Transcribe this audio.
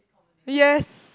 yes